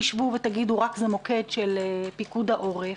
תשבו ותגידו זה מוקד של פיקוד העורף,